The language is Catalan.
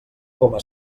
coma